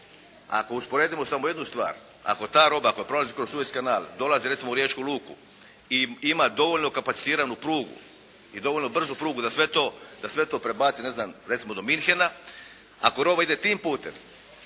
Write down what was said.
ako usporedimo samo jednu stvar, ako ta roba koja prolazi kroz Sueski kanal, dolazi recimo u Riječku luku i ima dovoljno kapacitiranu prugu i dovoljno brzu prugu da sve to, da sve to prebaci, ne znam, recimo do Munchena. Ako roba ide tim putem,